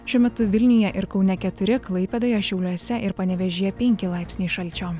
šiuo metu vilniuje ir kaune keturi klaipėdoje šiauliuose ir panevėžyje penki laipsniai šalčio